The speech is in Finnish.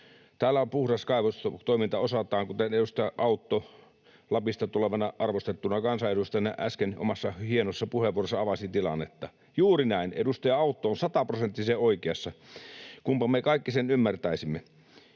Täällä puhdas kaivostoiminta osataan, kuten edustaja Autto Lapista tulevana arvostettuna kansanedustajana äsken omassa hienossa puheenvuorossaan avasi tilannetta — juuri näin, edustaja Autto on sataprosenttisen oikeassa. Kunpa me kaikki sen ymmärtäisimme.